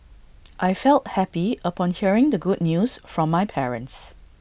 I felt happy upon hearing the good news from my parents